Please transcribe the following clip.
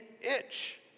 itch